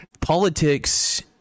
Politics